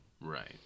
Right